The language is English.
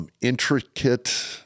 intricate –